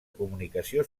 comunicació